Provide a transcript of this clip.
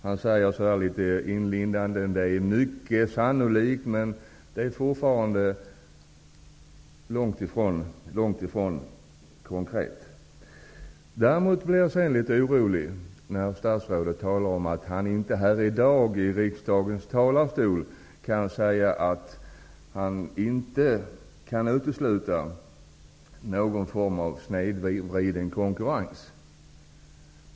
Han säger litet inlindat att det är mycket sannolikt, men det är fortfarande långt ifrån konkret. Däremot blev jag litet orolig när statsrådet talade om att han inte här i dag i riksdagens talarstol kan säga att han inte kan utesluta någon form av snedvriden konkurrens.